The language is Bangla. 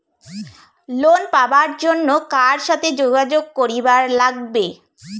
লোন পাবার জন্যে কার সাথে যোগাযোগ করিবার লাগবে?